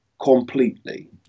completely